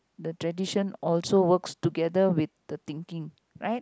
the tradition also works together with the thinking right